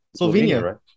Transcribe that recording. Slovenia